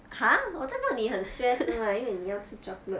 !huh! 我再问你很 stress 是吗因为你要吃 chocolate